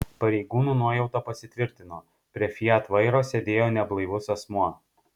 pareigūnų nuojauta pasitvirtino prie fiat vairo sėdėjo neblaivus asmuo